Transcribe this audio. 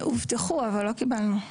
הובטחו, אבל לא קיבלנו.